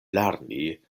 lerni